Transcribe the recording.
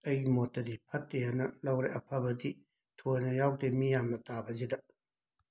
ꯑꯩꯒꯤ ꯃꯣꯠꯇꯗꯤ ꯐꯠꯇꯦ ꯑꯅ ꯂꯧꯔꯦ ꯑꯐꯕꯗꯤ ꯊꯣꯏꯅ ꯌꯥꯎꯗꯦ ꯃꯤ ꯌꯥꯝꯅ ꯇꯥꯕꯁꯤꯗ